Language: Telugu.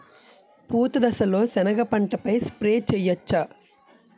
పూత దశలో సెనగ పంటపై స్ప్రే చేయచ్చా?